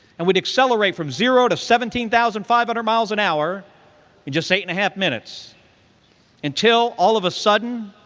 and we'd accelerate from zero to seventeen thousand five hundred miles an hour in just eight and a half minutes until, all of a sudden,